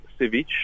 ceviche